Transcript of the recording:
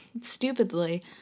stupidly